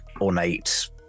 ornate